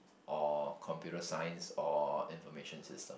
or computer science or information system